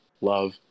love